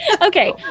Okay